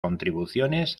contribuciones